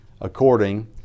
according